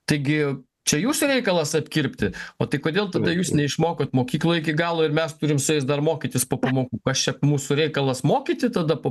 taigi čia jūsų reikalas apkirpti o tai kodėl tada jūs neišmokot mokykloj iki galo ir mes turime su jais dar mokytis po pamokų kas čia mūsų reikalas mokyti tada po